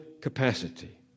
capacity